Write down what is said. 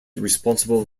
responsible